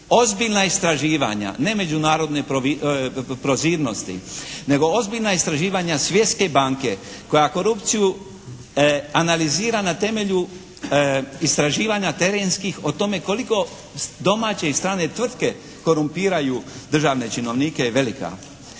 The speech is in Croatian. Ozbiljna istraživanja ne međunarodne prozirnosti nego ozbiljna istraživanja Svjetske banke koja korupciju analizira na temelju istraživanja terenskih o tome koliko domaće i strane tvrtke korumpiraju državne činovnike je velika.